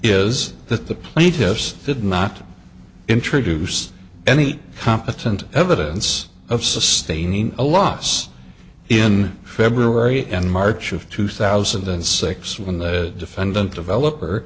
is that the plaintiffs did not introduce any competent evidence of sustaining a loss in february and march of two thousand and six when the defendant developer